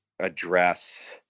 address